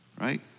Right